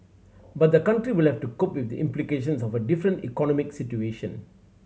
but the country will have to cope with the implications of a different economic situation